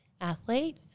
athlete